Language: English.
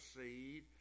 seed